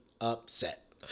upset